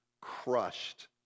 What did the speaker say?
crushed